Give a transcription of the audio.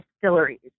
distilleries